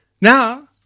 Now